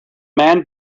men